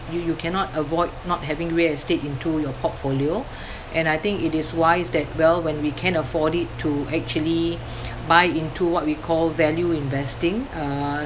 you you cannot avoid not having real estate into your portfolio and I think it is wise that well when we can afford it to actually buy into what we call value investing uh